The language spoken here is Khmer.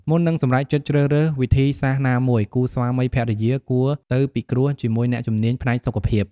មុននឹងសម្រេចចិត្តជ្រើសរើសវិធីសាស្ត្រណាមួយ គូស្វាមីភរិយាគួរទៅពិគ្រោះជាមួយអ្នកជំនាញផ្នែកសុខភាព។